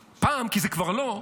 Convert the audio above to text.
"פעם", כי זה כבר לא,